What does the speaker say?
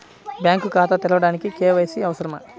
Bank ఖాతా తెరవడానికి KYC అవసరమా?